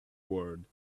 world